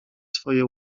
swoje